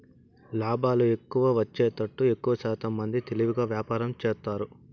లాభాలు ఎక్కువ వచ్చేతట్టు ఎక్కువశాతం మంది తెలివిగా వ్యాపారం చేస్తారు